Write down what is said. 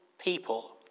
people